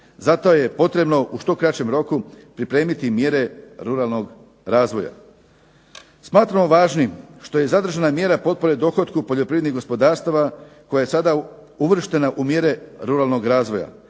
Zato je potrebno u što kraćem roku pripremiti mjere ruralnog razvoja. Smatramo važnim što je zadržana i mjera potpora dohotku poljoprivrednih gospodarstava koja je sada uvrštena u mjere ruralnog razvoja.